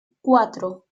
cuatro